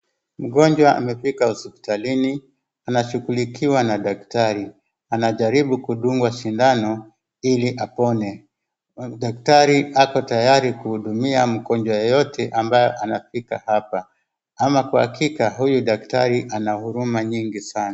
Mgonjwa amefika hospitalini anashughulikiwa na daktari. Anajaribu kudungwa sindano ili apone. Daktari ako tayari kuhudumia mgonjwa yoyote ambaye anafika hapa. Ama kwa hakika huyu daktari na huruma nyingi sana.